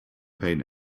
paid